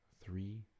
three